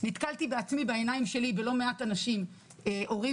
נתקלתי בעצמי בעיניים שלי בלא מעט אנשים הורים